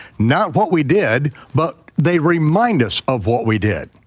not what we did, but they remind us of what we did.